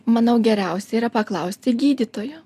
manau geriausia yra paklausti gydytojo